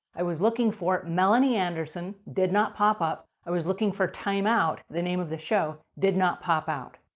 i was looking for melanie anderson, did not pop up. i was looking for timeout. the name of the show did not pop out.